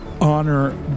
honor